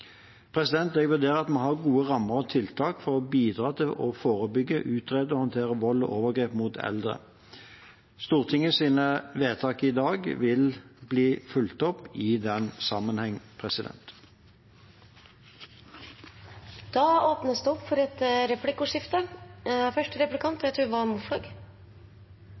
Jeg vurderer det slik at vi har gode rammer og tiltak for å bidra til å forebygge, utrede og håndtere vold og overgrep mot eldre. Stortingets vedtak i dag vil bli fulgt opp i den sammenheng. Det blir replikkordskifte. For